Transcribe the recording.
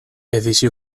edizio